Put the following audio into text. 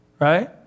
right